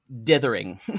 dithering